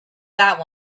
that